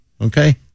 okay